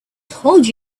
told